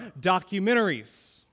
documentaries